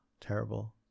terrible